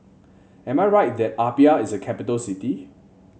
am I right that Apia is a capital city